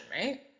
right